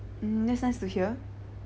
mm that's nice to hear